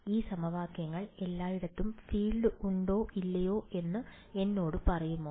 ഈ സമവാക്യങ്ങൾ എല്ലായിടത്തും ഫീൽഡ് ഉണ്ടോ ഇല്ലയോ എന്ന് എന്നോട് പറയുമോ